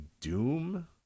Doom